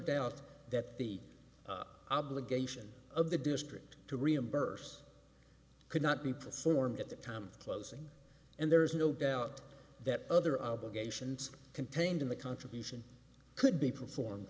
doubt that the obligation of the district to reimburse could not be performed at the time of the closing and there is no doubt that other obligations contained in the contribution could be performed